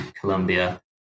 Colombia